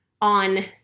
on